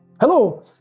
Hello